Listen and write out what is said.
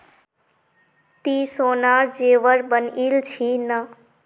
ती सोनार जेवर बनइल छि न